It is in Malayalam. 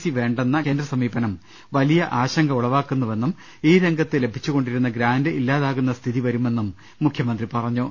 സി വേണ്ടെന്ന കേന്ദ്ര സമീപനം വലിയ ആശങ്ക ഉളവാക്കുന്നുവെന്നും ഈ രംഗത്ത് ലഭിച്ചു കൊണ്ടിരിക്കുന്ന ഗ്രാന്റ് ഇല്ലാതാകുന്ന് സ്ഥിതി വരുമെന്നും മുഖ്യമന്ത്രി പറഞ്ഞു